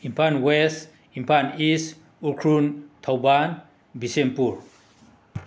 Imphal west Imphal east Ukhrul Thoubal Bishnupur